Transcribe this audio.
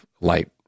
light